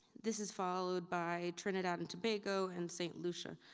this is followed by trinidad and tobago and st. lucia.